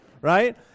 right